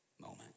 moment